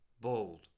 bold